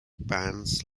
bands